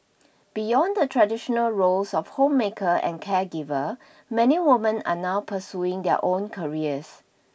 beyond the traditional roles of homemaker and caregiver many woman are now pursuing their own careers